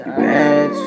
bad